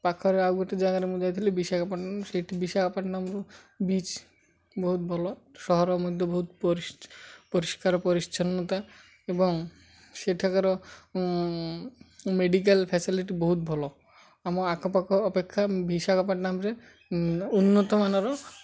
ପାଖରେ ଆଉ ଗୋଟେ ଜାଗାରେ ମୁଁ ଯାଇଥିଲି ବିଶାଖାପାଟନମ ସେଇଠି ବିଶାଖାପାଟନମରୁ ବୀଚ୍ ବହୁତ ଭଲ ସହର ମଧ୍ୟ ବହୁତ ପରିଷ୍କାର ପରିଚ୍ଛନ୍ନତା ଏବଂ ସେଠାକାର ମେଡ଼ିକାଲ୍ ଫ୍ୟାସିଲିଟି ବହୁତ ଭଲ ଆମ ଆଖପାଖ ଅପେକ୍ଷା ବିଶାଖାପାଟନମରେ ଉନ୍ନତମାନର